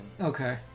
Okay